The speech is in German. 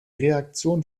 reaktion